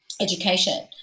education